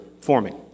forming